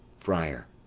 friar.